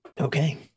Okay